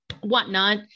whatnot